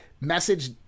message